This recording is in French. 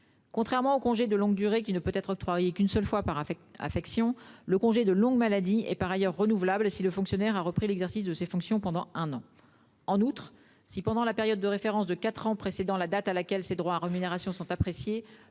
Contrairement au congé de longue durée, qui ne peut être octroyé qu'une seule fois par affection, le congé de longue maladie est par ailleurs renouvelable si le fonctionnaire a repris l'exercice de ses fonctions pendant un an. En outre, si, pendant la période de référence de quatre ans précédant la date à laquelle ses droits à rémunération sont appréciés,